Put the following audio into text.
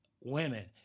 Women